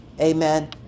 Amen